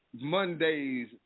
Monday's